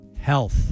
Health